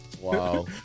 Wow